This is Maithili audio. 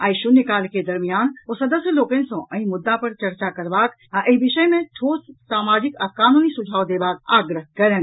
आई शून्यकाल के दरमियान ओ सदस्य लोकनि सँ एहि मुद्दा पर चर्चा करबाक आ एहि विषय मे ठोस सामाजिक आ कानूनी सुझाव देबाक आग्रह कयलनि